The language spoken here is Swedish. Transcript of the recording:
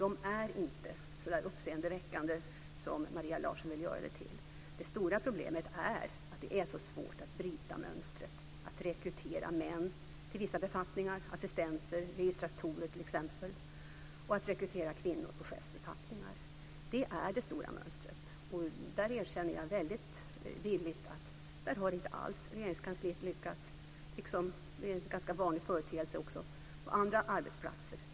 De är inte så uppseendeväckande som Maria Larsson hävdar. Det stora problemet är att det är så svårt att bryta mönstret, dvs. att rekrytera män till vissa befattningar, t.ex. assistenter och registratorer, och att rekrytera kvinnor på chefsbefattningar. Det är det stora mönstret. Där erkänner jag villigt att Regeringskansliet inte har lyckats, liksom det är en vanlig företeelse på andra arbetsplatser.